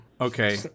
okay